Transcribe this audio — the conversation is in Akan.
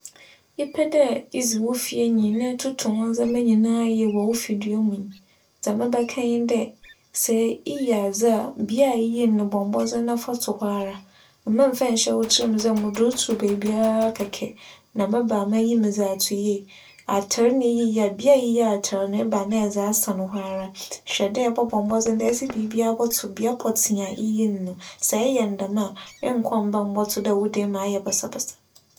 Epɛ dɛ edzi wo fie nyi na etoto wo ndzɛmba nyinara yie wͻ wo fidua mu no, dza mebɛka nye dɛ, sɛ iyi adze a, bea iyii no, bͻ mbͻdzen fa to hͻ ara. Mma mmfa nnhyɛ wo tsir mu dɛ medze roto beebiara kɛkɛ na mebaa, mebeyi dze ato yie. Atar na iyii a, bea iyii atar no eba a, nna edze asan hͻ ara. Hwɛ dɛ ebͻbͻ mbͻdzen dɛ edze biribiara bͻto bea pͻtsee a iyii no. Sɛ eyɛ no dɛm a, mmba mmbͻto dɛ wo dan mu ayɛ basaa.